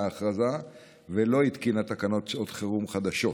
ההכרזה ולא התקינה תקנות שעת חירום חדשות.